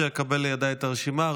עד שאקבל לידיי את הרשימה,